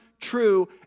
true